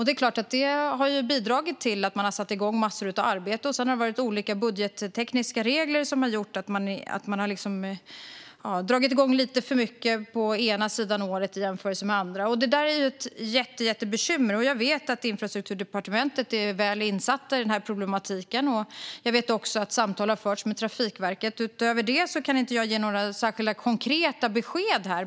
Det har såklart bidragit till att man satt igång massor av arbete. Sedan har olika budgettekniska regler gjort att man dragit igång lite för mycket på ena sidan av årsskiftet jämfört med den andra. Det är ett jättebekymmer. Jag vet att Infrastrukturdepartementet är väl insatt i denna problematik. Jag vet också att samtal har förts med Trafikverket. Utöver det kan inte jag ge några konkreta besked här.